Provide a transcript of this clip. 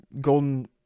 golden